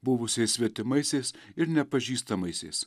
buvusiais svetimaisiais ir nepažįstamaisiais